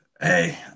Hey